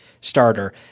starter